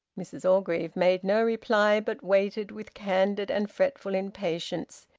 mrs orgreave made no reply, but waited with candid and fretful impatience,